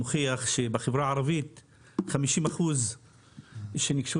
המחקר מוכיח שבחברה הערבית 50% שניגשו